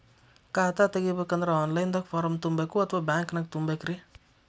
ಖಾತಾ ತೆಗಿಬೇಕಂದ್ರ online ದಾಗ ಫಾರಂ ತುಂಬೇಕೊ ಅಥವಾ ಬ್ಯಾಂಕನ್ಯಾಗ ತುಂಬ ಬೇಕ್ರಿ?